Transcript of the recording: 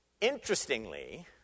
Interestingly